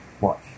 watch